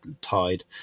tied